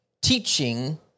Teaching